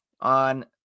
on